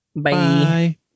Bye